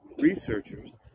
researchers